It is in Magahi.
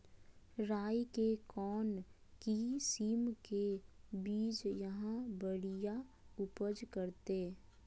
राई के कौन किसिम के बिज यहा बड़िया उपज करते?